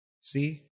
See